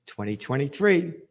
2023